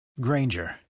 Granger